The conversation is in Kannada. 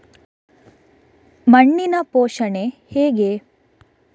ಮಣ್ಣಿನ ಪೋಷಣೆ ಹೇಗೆ?